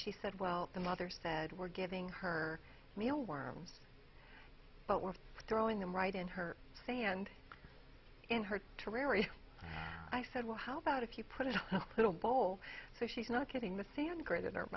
she said well the mother said we're giving her meal worms but we're throwing them right in her sand in her to marry i said well how about if you put it a little bowl so she's not getting the sangre that